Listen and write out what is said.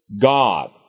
God